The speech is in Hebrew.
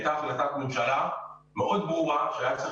הייתה החלטת ממשלה מאוד ברורה שהיה צריך